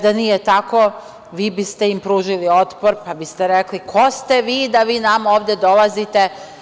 Da nije tako, vi biste im pružili otpor, pa biste rekli – ko ste vi da vi nama ovde dolazite?